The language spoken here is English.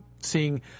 seeing